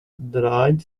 dried